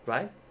Right